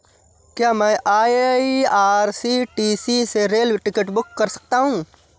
क्या मैं आई.आर.सी.टी.सी से रेल टिकट बुक कर सकता हूँ?